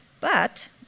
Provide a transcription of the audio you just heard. But